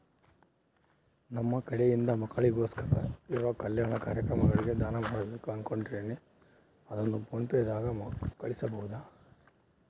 ನಮ್ಮ ಕಡೆಯಿಂದ ಮಕ್ಕಳಿಗೋಸ್ಕರ ಇರೋ ಕಲ್ಯಾಣ ಕಾರ್ಯಕ್ರಮಗಳಿಗೆ ದಾನ ಮಾಡಬೇಕು ಅನುಕೊಂಡಿನ್ರೇ ಅದನ್ನು ಪೋನ್ ಪೇ ದಾಗ ಕಳುಹಿಸಬಹುದಾ?